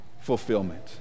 fulfillment